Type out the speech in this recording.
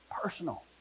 Personal